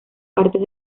partes